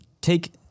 take